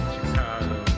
Chicago